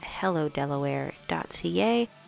hellodelaware.ca